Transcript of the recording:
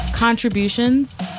contributions